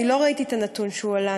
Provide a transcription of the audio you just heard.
אני לא ראיתי את הנתון שהוא עלה,